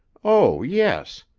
oh, yes.